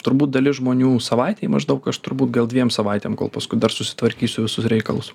turbūt dalis žmonių savaitei maždaug aš turbūt gal dviem savaitėm kol paskui dar susitvarkysiu visus reikalus